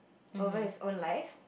over his own life